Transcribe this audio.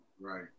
right